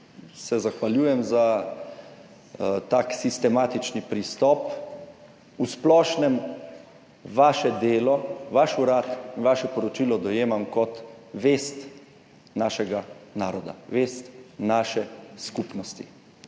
zahvaljujem se za tak sistematični pristop. V splošnem vaše delo, vaš urad in vaše poročilo dojemam kot vest našega naroda, vest naše skupnosti.